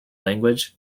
language